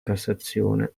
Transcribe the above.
cassazione